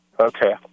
Okay